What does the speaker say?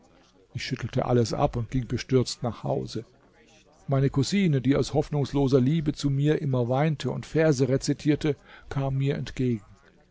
ich schüttelte alles ab und ging bestürzt nach hause meine cousine die aus hoffnungsloser liebe zu mir immer weinte und verse rezitierte kam mir entgegen